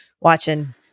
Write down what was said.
watching